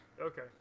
Okay